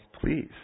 please